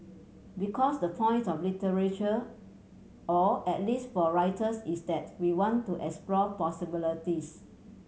because the point of literature or at least for writers is that we want to explore possibilities